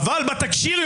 אבל בתקשי"ר,